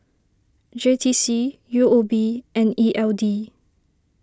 J T C U O B and E L D